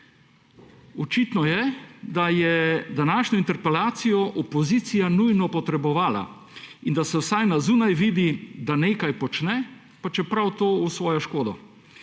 Očitno je, da je današnjo interpelacijo opozicija nujno potrebovala, da se vsaj na zunaj vidi, da nekaj počne, pa čeprav to v svojo škodo.